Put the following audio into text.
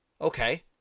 okay